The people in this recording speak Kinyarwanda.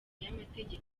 y’amategeko